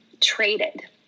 traded